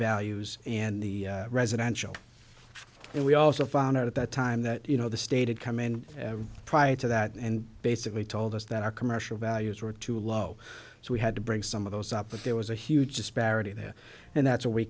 values and the residential and we also found out at that time that you know the stated come in prior to that and basically told us that our commercial values were too low so we had to bring some of those up but there was a huge disparity there and that's wh